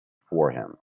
for